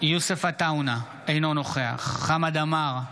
יוסף עטאונה, אינו נוכח חמד עמאר,